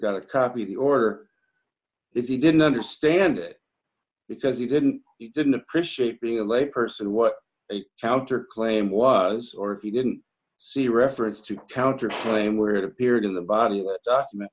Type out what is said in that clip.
got a copy of the order if he didn't understand it because he didn't he didn't appreciate being a lay person what a counterclaim was or if he didn't see reference to counterclaim where it appeared in the body of a document